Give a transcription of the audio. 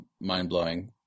mind-blowing